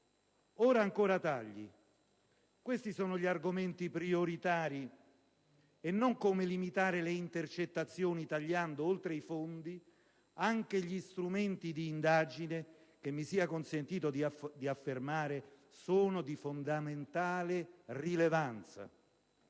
sono ancora tagli. Questi sono gli argomenti prioritari, e non la limitazione delle intercettazioni che, oltre ai fondi, taglia anche gli strumenti di indagine che, mi sia consentito di affermare, sono di fondamentale rilevanza.